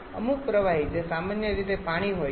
અમુક પ્રવાહી જે સામાન્ય રીતે પાણી હોય છે